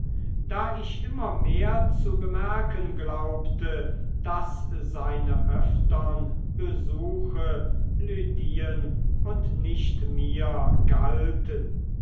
da ich immer mehr zu bemerken glaubte daß seine öftern besuche lydien und nicht mir galten